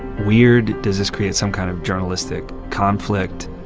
weird does this create some kind of journalistic conflict?